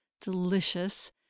delicious